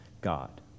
God